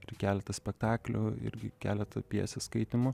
ir keletą spektaklių irgi keletą pjesių skaitymų